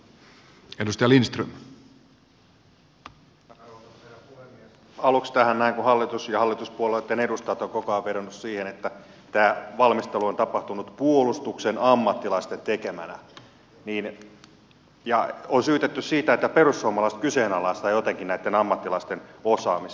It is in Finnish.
aluksi puuttuisin tähän kun hallitus ja hallituspuolueitten edustajat ovat koko ajan vedonneet siihen että tämä valmistelu on tapahtunut puolustuksen ammattilaisten tekemänä ja on syytetty siitä että perussuomalaiset kyseenalaistavat jotenkin näitten ammattilaisten osaamisen